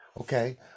Okay